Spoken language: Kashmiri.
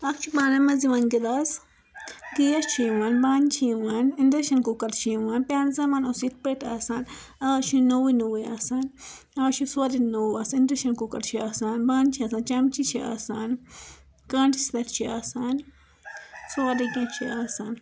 اکھ چھُ بانن منٛز یوان گِلاس گیس چھُ یوان بانہٕ چھِ یوان انٛڑکشن کُکر چھُ یوان پرانہِ زمانہٕ اوس نہٕ یتھ پٲٹھۍ آسان از چھُ نوُے نوُے آسان آز چھُ سورُے نوٚو آسان اِنڑکشن کُکر چھُ آسان بانہٕ چھِ آسان چمچہٕ چھِ آسان کأنٹہ سیٚٹ چھُ آسان سورُے کیٚنٛہہ چھُ آسان